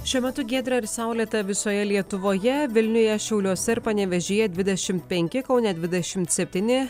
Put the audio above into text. šiuo metu giedra ir saulėta visoje lietuvoje vilniuje šiauliuose ir panevėžyje dvidešimt penki kaune dvidešimt septyni